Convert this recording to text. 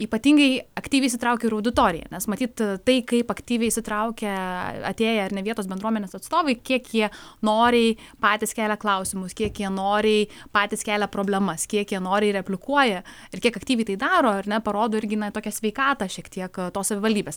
ypatingai aktyviai įsitraukė ir auditorija nes matyt tai kaip aktyviai įsitraukia atėję ar ne vietos bendruomenės atstovai kiek jie noriai patys kelia klausimus kiek jie noriai patys kelia problemas kiek jie noriai replikuoja ir kiek aktyviai tai daro ar ne parodo irgi na tokią sveikatą šiek tiek tos savivaldybės